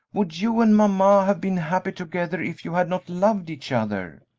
would you and mamma have been happy together if you had not loved each other?